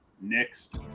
next